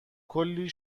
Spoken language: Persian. کلی